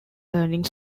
learning